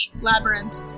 labyrinth